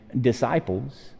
disciples